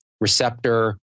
receptor